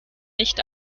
nicht